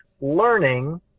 learning